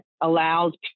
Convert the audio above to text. allows